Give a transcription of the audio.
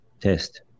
test